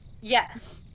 Yes